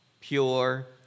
pure